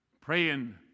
Praying